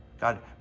God